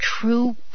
true